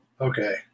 Okay